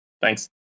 Thanks